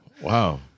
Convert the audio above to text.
Wow